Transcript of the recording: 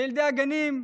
בילדי הגנים,